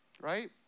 right